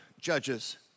Judges